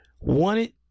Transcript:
wanted